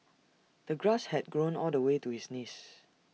the grass had grown all the way to his knees